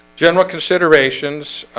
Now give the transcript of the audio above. general considerations